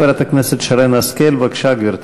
חברת הכנסת שרן השכל, בבקשה, גברתי,